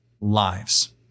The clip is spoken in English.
lives